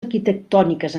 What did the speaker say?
arquitectòniques